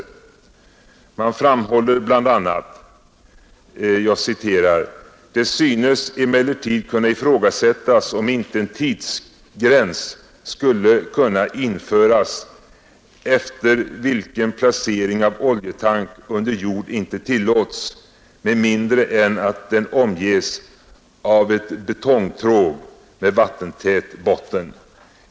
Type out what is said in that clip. Utskottsmajoriteten framhåller bl.a.: ”Det synes emellertid kunna ifrågasättas om inte en tidsgräns skulle kunna införas efter vilken placering av oljetank under jord inte tillåts med mindre än att den omges av ett betongtråg med vattentät botten.